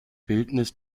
bildnis